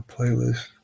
Playlist